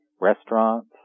restaurants